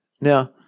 Now